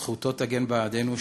זכותו תגן בעדנו,